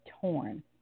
torn